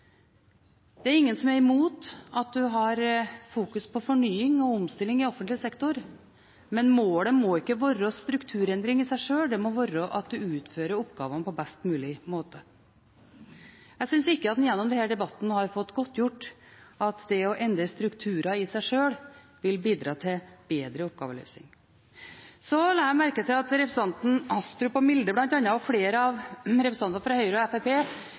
Det er ingen som er imot at en fokuserer på fornying og omstilling i offentlig sektor, men målet må ikke være strukturendring i seg sjøl. Det må være at en utfører oppgavene på best mulig måte. Jeg synes ikke at man gjennom denne debatten har fått godtgjort at det å endre strukturer i seg sjøl vil bidra til bedre oppgaveløsing. Så la jeg merke til at representantene Astrup og Milde bl.a., og flere av representantene fra Høyre og